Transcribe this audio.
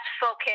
focus